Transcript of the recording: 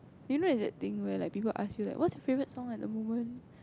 you know there's the thing that people ask you like what's your favorite song at the moment